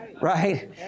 right